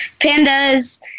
pandas